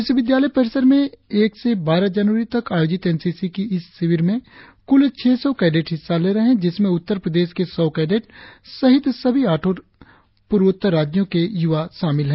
विश्वविद्यालय परिषर में एक से बारह जनवरी तक आयोजित एन सी सी की इस शिविर में कुल छह सौ कैडेट हिस्सा ले रहे है जिसमें उत्तर प्रदेश के सौ कैडेट सहित सभी आठो राज्यों के युवा शामिल है